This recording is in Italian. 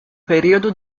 periodo